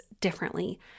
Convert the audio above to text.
differently